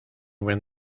win